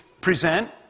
present